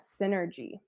synergy